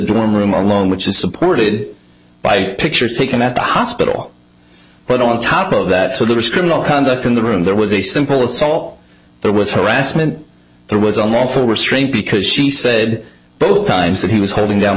dorm room alone which is supported by pictures taken at the hospital but on top of that sort of this criminal conduct in the room there was a simple soul there was harassment there was unlawful restraint because she said both times that he was holding down